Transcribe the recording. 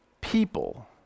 people